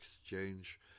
exchange